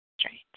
Strange